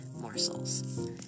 morsels